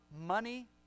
money